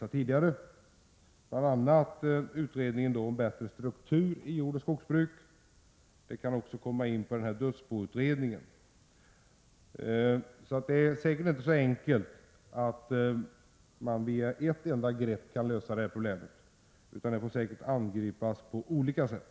Jag tänker bl.a. på de frågor som utredningen om bättre struktur i jordoch skogsbruk behandlar; även de frågor som behandlas av dödsboutredningen kan ha betydelse. Det är alltså säkert inte så enkelt att man med ett enda grepp kan lösa det här problemet — det får säkert angripas på olika sätt.